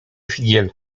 figiel